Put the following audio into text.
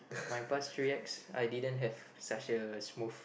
my pass three ex I didn't have such a smooth